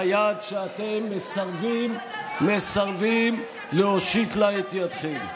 היד שאתם מסרבים להושיט לה את ידכם.